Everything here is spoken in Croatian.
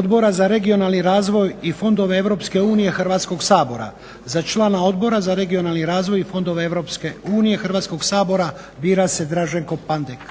Odbora za regionalni razvoj i fondove EU Hrvatskog sabora za člana Odbora za regionalni razvoj i fondove EU Hrvatskog sabora bira se Draženko Pandek.